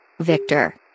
Victor